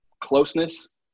closeness